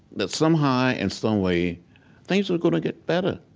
that somehow and some way things were going to get better,